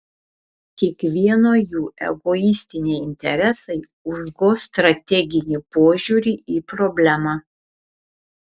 kiekvieno jų egoistiniai interesai užgoš strateginį požiūrį į problemą